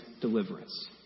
deliverance